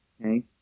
Okay